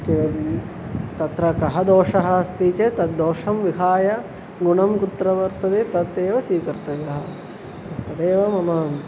किमपि तत्र कः दोषः अस्ति चेत् तद्दोषं विहाय गुणं कुत्र वर्तते तत् एव स्वीकर्तव्यः तदेव मम